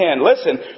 Listen